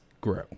grow